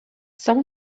some